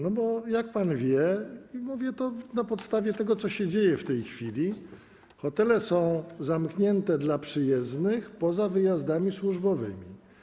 No bo jak pan wie, i mówię to na podstawie tego, co się dzieje w tej chwili, hotele są zamknięte dla przyjezdnych, z wyjątkiem wyjazdów służbowych.